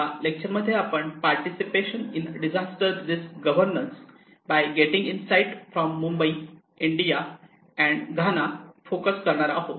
या लेक्चर मध्ये आपण participation in disaster risk governance by getting insight from Mumbai India and Ghana focus करणार आहोत